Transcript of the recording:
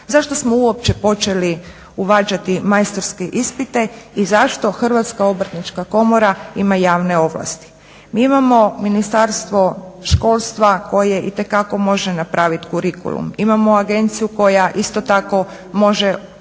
Zašto smo uopće počeli uvađati majstorske ispite i zašto Hrvatska obrtnička komora ima javne ovlasti? Mi imamo Ministarstvo školstva koje itekako može napraviti kurikulum, imamo agenciju koja isto tako može obaviti